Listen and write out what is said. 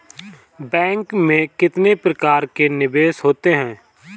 Bank में कितने प्रकार के निवेश होते हैं?